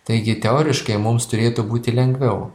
taigi teoriškai mums turėtų būti lengviau